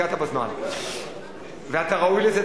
הגעת בזמן ואתה ראוי לזה,